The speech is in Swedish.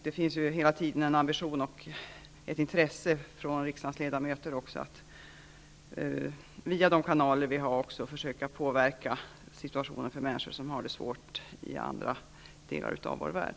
Det finns hela tiden en ambition och ett intresse från riksdagens ledamöter att via de kanaler vi har försöka påverka situationen för människor som har det svårt i andra delar av vår värld.